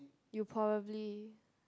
you probably